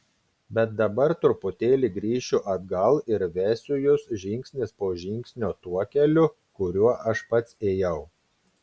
bet dabar truputėlį grįšiu atgal ir vesiu jus žingsnis po žingsnio tuo keliu kuriuo aš pats ėjau